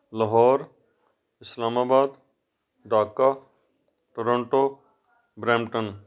Lahore Islamabad Dhaka Toronto Brampton